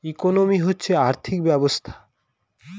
economy হচ্ছে আর্থিক ব্যবস্থা